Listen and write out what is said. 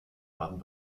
baden